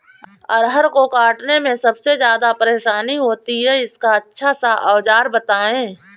अरहर को काटने में सबसे ज्यादा परेशानी होती है इसका अच्छा सा औजार बताएं?